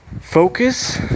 focus